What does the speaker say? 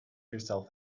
yourself